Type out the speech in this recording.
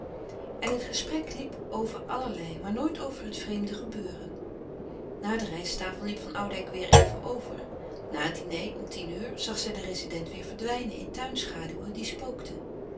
en het gesprek liep over allerlei maar nooit over het vreemde gebeuren na de rijsttafel liep van oudijck weêr even over na het diner om tien uur zag zij den rezident weêr verdwijnen in tuinschaduwen die spookten